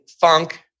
funk